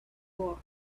war